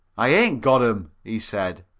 i ain't got em, he said.